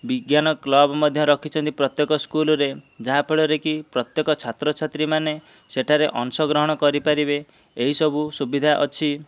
ବିଜ୍ଞାନ କ୍ଲବ ମଧ୍ୟ ରଖିଛନ୍ତି ପ୍ରତ୍ୟେକ ସ୍କୁଲରେ ଯାହାଫଳରେ କି ପ୍ରତ୍ୟେକ ଛାତ୍ରଛାତ୍ରୀମାନେ ସେଠାରେ ଅଂଶଗ୍ରହଣ କରିପାରିବେ ଏହିସବୁ ସୁବିଧା ଅଛି